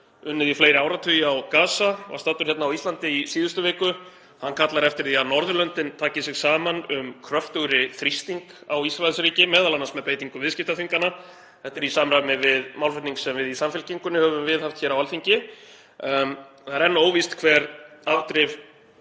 unnið í fleiri áratugi á Gaza, var staddur hér á Íslandi í síðustu viku, kallar eftir því að Norðurlöndin taki sig saman um kröftugri þrýsting á Ísraelsríki, m.a. með beitingu viðskiptaþvingana. Þetta er í samræmi við málflutning sem við í Samfylkingunni höfum viðhaft hér á Alþingi. Það er enn óvíst hver afdrif